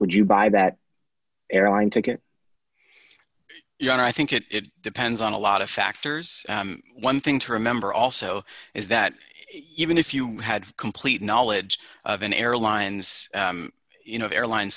would you buy that airline ticket you know i think it depends on a lot of factors one thing to remember also is that even if you had complete knowledge of an airlines you know airline